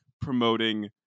promoting